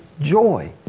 joy